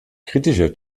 kritischer